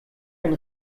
ein